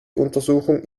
untersuchungen